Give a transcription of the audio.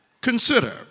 Consider